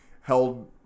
held